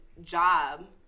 job